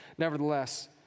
Nevertheless